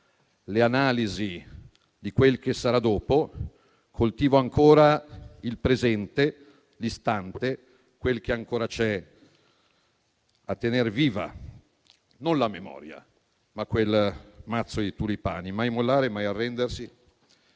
le analisi di quel che sarà dopo. Coltivo ancora il presente, l'istante, quel che ancora c'è a tener viva non la memoria, ma quel mazzo di tulipani: mai mollare, mai arrendersi